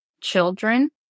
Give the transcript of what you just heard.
children